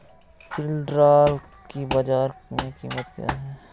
सिल्ड्राल की बाजार में कीमत क्या है?